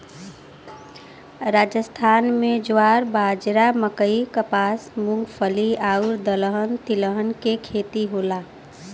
राजस्थान में ज्वार, बाजरा, मकई, कपास, मूंगफली आउर दलहन तिलहन के खेती होला